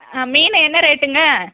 ஆ மீன் என்ன ரேட்டுங்க